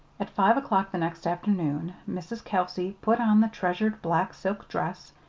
at five o'clock the next afternoon mrs. kelsey put on the treasured black silk dress,